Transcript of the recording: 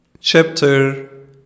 Chapter